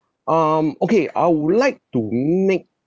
um okay I would like to make